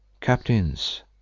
Captains